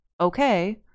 okay